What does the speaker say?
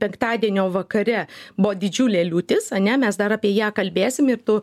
penktadienio vakare buvo didžiulė liūtis ane mes dar apie ją kalbėsim ir tu